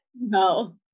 No